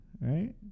Right